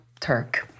Turk